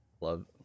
love